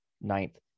ninth